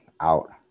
out